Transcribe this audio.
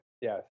Yes